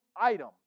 item